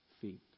feet